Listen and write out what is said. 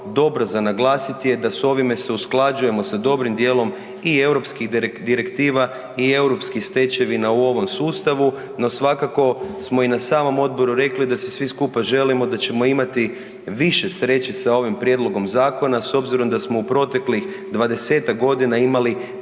dobro za naglasiti je da s ovime se usklađujemo sa dobrim dijelom i europskih direktiva i europskih stečevina u ovom sustavu, no, svakako smo i na samom odboru rekli da se svi skupa želimo, da ćemo imati više sreće sa ovim prijedlogom zakona, s obzirom da smo u proteklih 20-tak godina imali